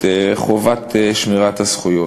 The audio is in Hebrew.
היא חובת שמירת הזכויות.